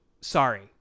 Sorry